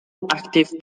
active